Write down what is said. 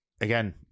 again